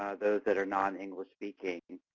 ah those that are non-english speaking,